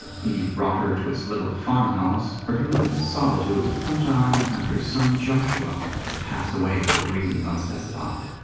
he brought her to his little farmhouse where he lived in solitude, some time after his son, joshua, had passed away for reasons unspecified.